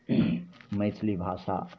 मैथिली भाषा